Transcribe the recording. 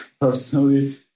personally